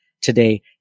today